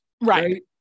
Right